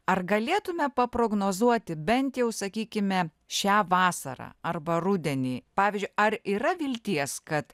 ar galėtume paprognozuoti bent jau sakykime šią vasarą arba rudenį pavyzdžiui ar yra vilties kad